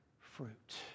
fruit